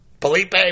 Felipe